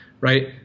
right